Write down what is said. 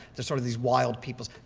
this sort of these wild peoples.